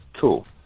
Cool